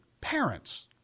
Parents